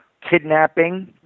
kidnapping